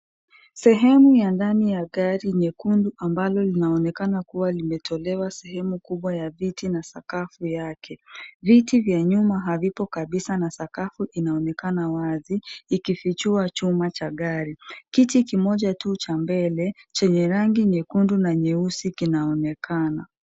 Sehemu ya ndani ya gari nyekundu ambalo linaonekana kuwa limetolewa sehemu kubwa ya viti na sakafu yake. Viti vya nyuma havipo kabisa na sakafu inaonekana wazi ikifichua chuma cha gari, kiti kimoja tu cha mbele chenye rangi nyekundu na nyeusi kinaonekana.